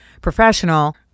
professional